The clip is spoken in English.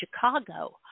Chicago